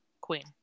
Queen